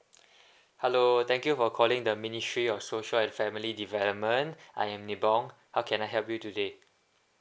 hello thank you for calling the ministry of social and family development I am nibong how can I help you today